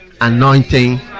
anointing